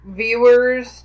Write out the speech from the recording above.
viewers